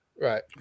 Right